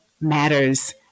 matters